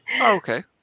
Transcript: okay